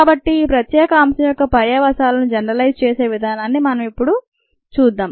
కాబట్టి ఈ ప్రత్యేక అంశం యొక్క పర్యవసానాలను జనరలైజ్డ్ చేసే విధానాన్ని మనం ఇప్పుడు చూద్దాం